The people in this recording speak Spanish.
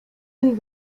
del